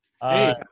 hey